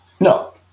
No